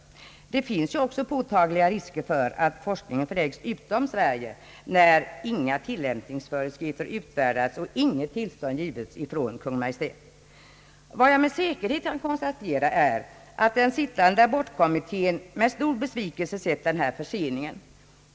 Det finns också påtagliga risker för att forskningen förläggs utom Sverige när inga tillämpningsföreskrifter utfärdats och inget tillstånd givits från Kungl. Maj:t. Vad jag med säkerhet kan konstatera är att den sittande abortkommittén med stor besvikelse sett denna försening.